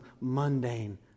mundane